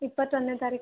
ಇಪ್ಪತ್ತೊಂದನೇ ತಾರೀಖು